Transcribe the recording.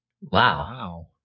Wow